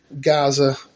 gaza